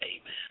Amen